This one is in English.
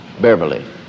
Beverly